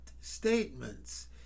statements